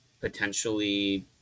potentially